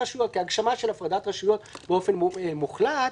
כהגשמה של הפרדת רשויות באופן מוחלט,